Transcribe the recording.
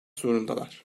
zorundalar